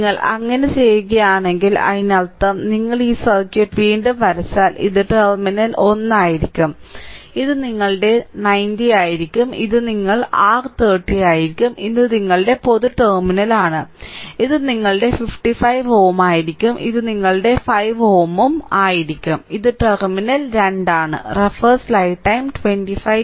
നിങ്ങൾ അങ്ങനെ ചെയ്യുകയാണെങ്കിൽ അതിനർത്ഥം നിങ്ങൾ ഈ സർക്യൂട്ട് വീണ്ടും വരച്ചാൽ ഇത് ടെർമിനൽ 1 ആയിരിക്കും ഇത് നിങ്ങളുടെ 90 ആയിരിക്കും ഇത് നിങ്ങൾ R30 ആയിരിക്കും ഇത് നിങ്ങളുടെ പൊതു ടെർമിനലാണ് ഇത് നിങ്ങളുടെ 55Ω ആയിരിക്കും ഇത് നിങ്ങളുടെ 5 Ω ഉം ആയിരിക്കും ഇത് ടെർമിനൽ 2 ആണ്